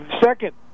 Second